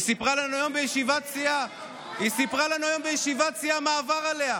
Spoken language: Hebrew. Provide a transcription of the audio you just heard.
היא סיפרה לנו היום בישיבת הסיעה מה עבר עליה,